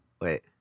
Wait